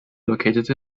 located